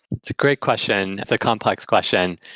it's a great question. that's a complex question.